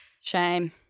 Shame